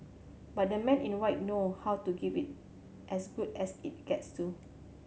but the Men in White know how to give it as good as it gets too